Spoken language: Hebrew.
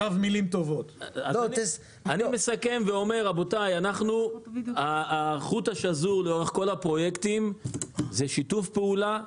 אני מסכם ואומר שהחוט השזור לאורך כל הפרויקטים זה שיתוף פעולה,